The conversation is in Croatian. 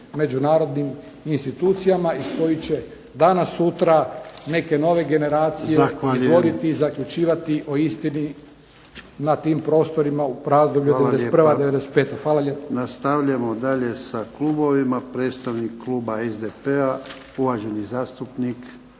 međunarodnim institucijama iz kojih će danas sutra neke nove generacije ... i zaključivati o istini na tim prostorima u razdoblju od '91. do '95. Hvala lijepa. **Jarnjak, Ivan (HDZ)** Hvala lijepa. Nastavljamo dalje sa klubovima. Predstavnik kluba SDP-a uvaženi zastupnik